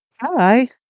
Hi